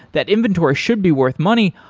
that inventory should be worth money,